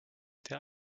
der